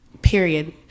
period